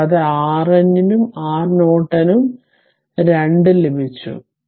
കൂടാതെRN നും R Norton ന് 2 Ω ലഭിച്ചു